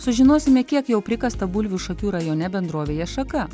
sužinosime kiek jau prikasta bulvių šakių rajone bendrovėje šaka